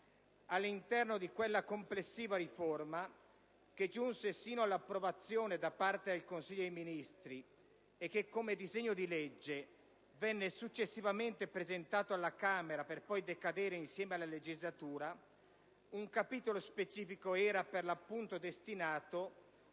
All'interno di quella complessiva riforma, che giunse sino all'approvazione da parte del Consiglio dei ministri e che, come disegno di legge, venne successivamente presentato alla Camera per poi decadere insieme alla legislatura, un capitolo specifico era per l'appunto destinato